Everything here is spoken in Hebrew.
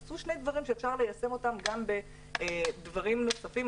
עשו שני דברים שאפשר ליישם אותם גם בדברים נוספים,